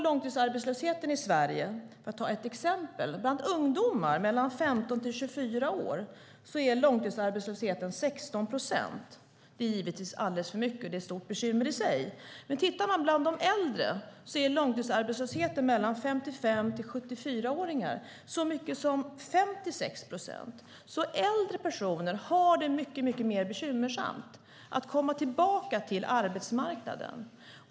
Långtidsarbetslösheten i Sverige bland ungdomar i åldern 15-24 år - för att ta det exemplet - ligger på 16 procent. Det är givetvis alldeles för mycket och i sig ett stort bekymmer. Men långtidsarbetslösheten bland äldre i åldern 55-74 år är så hög som 56 procent. Äldre personer har det mycket mer bekymmersamt när det gäller att komma tillbaka till arbetsmarknaden.